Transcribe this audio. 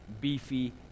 beefy